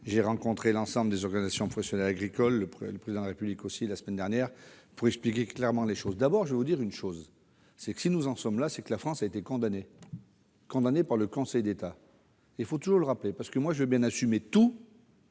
j'ai rencontré l'ensemble des organisations professionnelles agricoles- le Président de la République aussi -afin de leur expliquer clairement la situation. D'abord, je vais vous dire une chose : si nous en sommes là, c'est parce que la France a été condamnée par le Conseil d'État. Il faut toujours le rappeler, car, moi, je veux bien tout